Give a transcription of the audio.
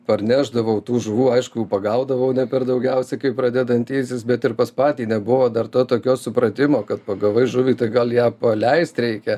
parnešdavau tų žuvų aišku pagaudavau ne per daugiausiai kaip pradedantysis bet ir pas patį nebuvo dar to tokio supratimo kad pagavai žuvį tai gal ją paleist reikia